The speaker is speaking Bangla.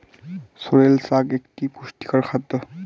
সোরেল শাক একটি পুষ্টিকর খাদ্য